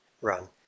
run